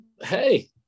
hey